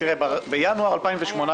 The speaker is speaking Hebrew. בינואר 2018,